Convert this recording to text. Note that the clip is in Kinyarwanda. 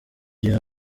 gihe